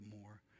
more